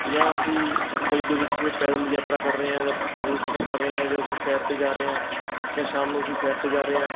ਜਾਂ ਅਸੀਂ ਗਲੀ ਦੇ ਵਿੱਚ ਪੈਦਲ ਯਾਤਰਾ ਕਰ ਰਹੇ ਹਾਂ ਜਾਂ ਪੈਦਲ ਸਫਰ ਕਰ ਰਹੇ ਹਾਂ ਜਾਂ ਅਸੀਂ ਸੈਰ 'ਤੇ ਜਾ ਰਹੇ ਹਾਂ ਜਾਂ ਸ਼ਾਮ ਨੂੰ ਅਸੀਂ ਸੈਰ 'ਤੇ ਜਾ ਰਹੇ ਹਾਂ